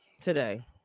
today